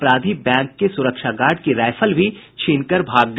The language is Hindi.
अपराधी बैंक के सुरक्षा गार्ड की राईफल भी छीनकर भाग गये